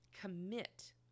commit